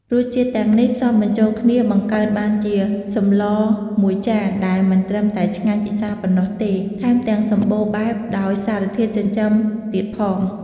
រសជាតិទាំងនេះផ្សំបញ្ចូលគ្នាបង្កើតបានជាសម្លមួយចានដែលមិនត្រឹមតែឆ្ងាញ់ពិសាប៉ុណ្ណោះទេ ថែមទាំងសម្បូរបែបដោយសារធាតុចិញ្ចឹមទៀតផង។